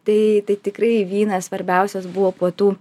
tai tai tikrai vynas svarbiausias buvo puotų